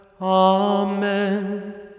Amen